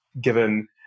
given